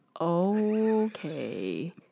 okay